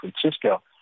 Francisco